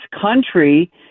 country